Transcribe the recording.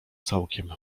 całkiem